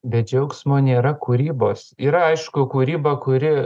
be džiaugsmo nėra kūrybos yra aišku kūryba kuri